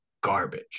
garbage